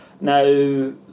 Now